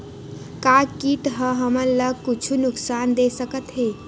का कीट ह हमन ला कुछु नुकसान दे सकत हे?